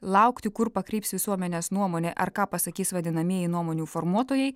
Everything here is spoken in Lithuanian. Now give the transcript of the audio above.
laukti kur pakryps visuomenės nuomonė ar ką pasakys vadinamieji nuomonių formuotojai